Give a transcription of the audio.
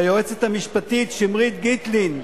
ליועצת המשפטית שמרית גיטלין,